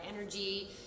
energy